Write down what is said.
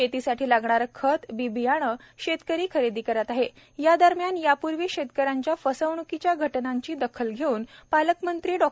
शेतीसाठी लागणारे खतबी बियाणे शेतकरी खरेदी करत आहेत या दरम्यान या पूर्वी शेतकऱ्यांच्या फसवणूकीच्या घटनांची दखल घेऊन पालकमंत्री डॉ